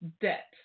debt